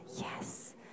yes